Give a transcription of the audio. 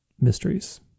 mysteries